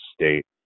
state